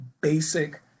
basic